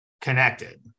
connected